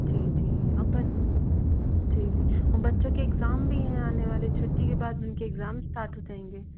जी जी अपन जी जी बच्चों के एग्ज़ाम भी हैं आने वाले छुट्टी के बाद उनके एग्ज़ाम स्टार्ट हो जाएँगे